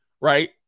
Right